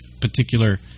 particular